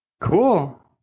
Cool